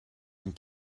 and